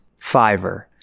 Fiverr